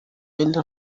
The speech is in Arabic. إلا